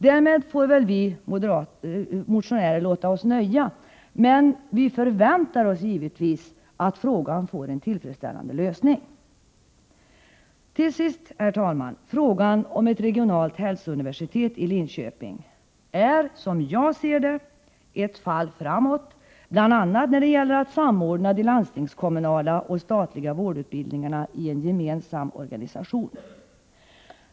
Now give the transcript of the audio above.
Därmed får väl vi motionärer låta oss nöja, men vi förväntar oss naturligtvis att frågan får en tillfredsställande lösning. Herr talman! Frågan om ett regionalt hälsouniversitet i Linköping är — som jag ser det — ett fall framåt, bl.a. när det gäller att samordna de landstingskommunala och statliga vårdutbildningarna i en gemensam organisation.